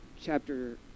chapter